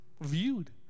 viewed